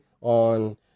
on